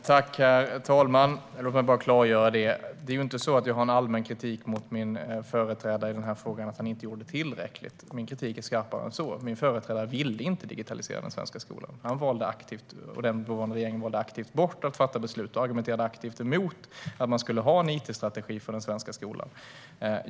Herr talman! Låt mig klargöra en sak: Det är inte så att jag i den här frågan framför allmän kritik mot min företrädare för att han inte gjorde tillräckligt. Min kritik är skarpare än så - min företrädare ville inte digitalisera den svenska skolan. Han och den dåvarande regeringen valde aktivt bort att fatta beslut och argumenterade aktivt emot att man skulle ha en it-strategi för den svenska skolan.